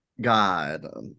God